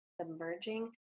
submerging